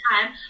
time